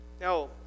Now